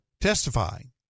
testifying